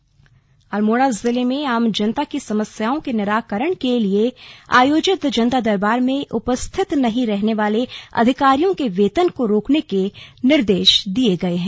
जनता दरबार अल्मोड़ा जिले में आम जनता की समस्याओं के निराकरण के लिए आयोजित जनता दरबार में उपस्थित नहीं रहने वाले अधिकारियों के वेतन को रोकने के निर्देश दिए गए हैं